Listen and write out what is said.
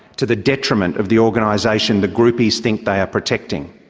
to the detriment of the organisation the groupies think they are protecting.